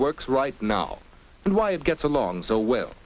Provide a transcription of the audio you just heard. works right now and why it gets along so well